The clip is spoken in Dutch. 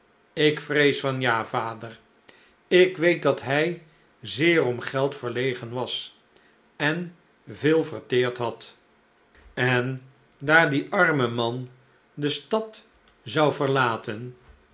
ik vrees van ja vader ik weet dat hij zeer om geld verlegen was en veel verteerd had en daar die arme man de stad zou verlaten